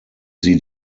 sie